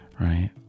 right